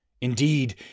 Indeed